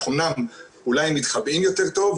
אמנם אולי הם מתחבאים יותר טוב,